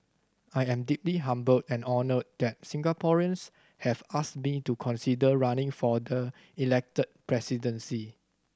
I am deeply humbled and honoured that Singaporeans have asked me to consider running for the Elected Presidency